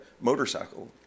motorcycle